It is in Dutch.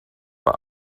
maar